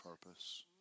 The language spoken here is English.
purpose